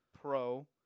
Pro